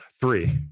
three